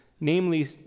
namely